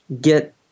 get